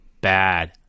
bad